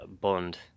Bond